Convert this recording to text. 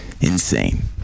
insane